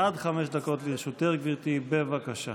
עד חמש דקות לרשותך, גברתי, בבקשה.